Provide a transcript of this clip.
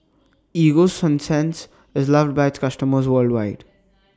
Ego Sunsense IS loved By its customers worldwide